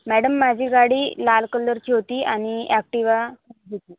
madam माझी गाडी लाल कलरची होती आणि ॲक्टिवा होती